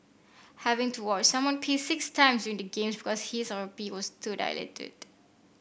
having to watch someone pee six times during the games because his or her pee was too diluted